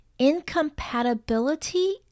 incompatibility